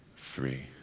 three,